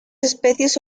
especies